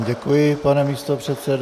Děkuji vám, pane místopředsedo.